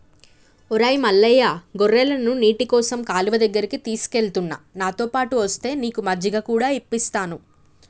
ఒరై మల్లయ్య గొర్రెలను నీటికోసం కాలువ దగ్గరికి తీసుకుఎలుతున్న నాతోపాటు ఒస్తే నీకు మజ్జిగ కూడా ఇప్పిస్తాను